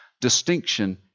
distinction